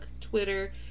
Twitter